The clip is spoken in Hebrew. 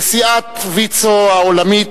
נשיאת ויצו העולמית,